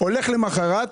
הולך למחרת.